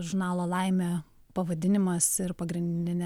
žurnalo laimė pavadinimas ir pagrindinė